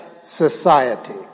society